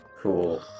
Cool